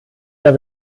der